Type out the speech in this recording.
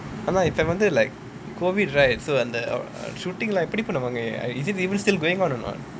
அதான் இப்ப வந்து:athaan ippa vanthu like COVID right so அந்த:antha shooting right எப்படி பண்ணுவாங்க:eppadi pannuvaanga is it even still going on a not